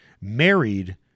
married